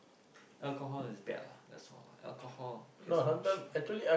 alcohol is bad lah that's all lah alcohol creates a lot of shit lah